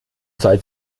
zeit